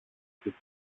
τις